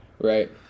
right